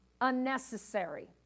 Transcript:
unnecessary